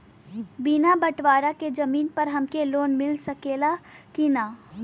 बिना बटवारा के जमीन पर हमके लोन मिल सकेला की ना?